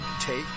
take